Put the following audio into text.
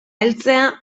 heltzea